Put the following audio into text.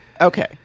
Okay